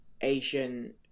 Asian